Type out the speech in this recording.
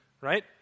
right